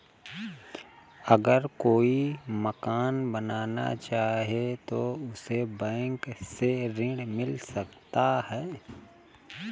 अगर कोई मकान बनाना चाहे तो उसे बैंक से ऋण मिल सकता है?